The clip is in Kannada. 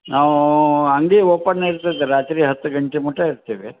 ನಾವು ಅಂಗಡಿ ಓಪನ್ ಇರುತ್ತೈತೆ ರಾತ್ರಿ ಹತ್ತು ಗಂಟೆ ಮಟ್ಟ ಇರ್ತೀವಿ